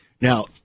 Now